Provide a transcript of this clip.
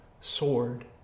sword